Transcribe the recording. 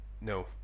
No